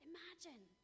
Imagine